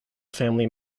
family